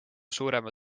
suurema